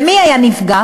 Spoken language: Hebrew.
ומי היה נפגע?